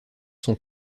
sont